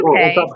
okay